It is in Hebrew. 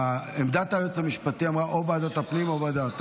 עמדת הייעוץ המשפטי אמרה או ועדת הפנים או ועדה,